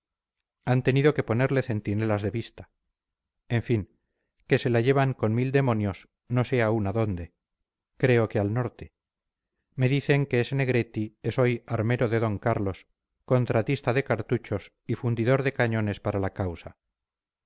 han tenido que ponerle centinelas de vista en fin que se la llevan con mil demonios no sé aún a dónde creo que al norte me dicen que ese negretti es hoy armero de d carlos contratista de cartuchos y fundidor de cañones para la causa